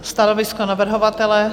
Stanovisko navrhovatele?